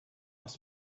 must